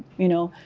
you know,